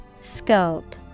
Scope